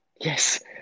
yes